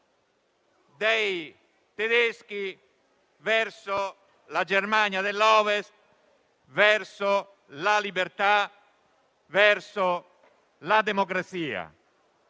dei tedeschi verso la Germania dell'Ovest, verso la libertà e la democrazia: